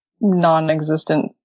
non-existent